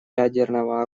ядерного